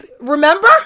remember